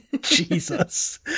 Jesus